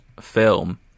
film